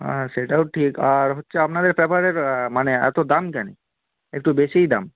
হ্যাঁ সেটাও ঠিক আর হচ্ছে আপনাদের পেপারের মানে এত দাম কেন একটু বেশিই দাম